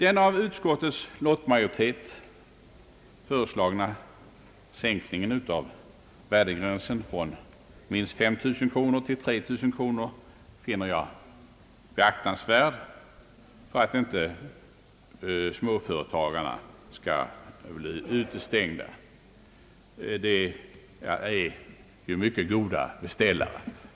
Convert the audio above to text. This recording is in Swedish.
Den av utskottets lottmajoritet förordade sänkningen av värdegränsen från minst 5 000 till 3 000 kronor finner jag beaktansvärd för att inte småföretagarna skall bli utestängda. Småföretagarna är ju mycket goda beställare.